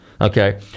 okay